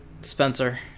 Spencer